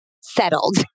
settled